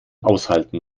aushalten